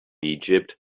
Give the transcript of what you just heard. egypt